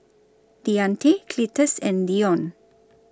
Deante Cletus and Deon